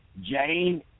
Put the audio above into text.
Jane